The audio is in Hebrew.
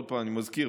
עוד פעם אני מזכיר,